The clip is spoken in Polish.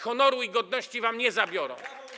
Honoru i godności wam nie zabiorą.